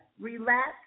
relax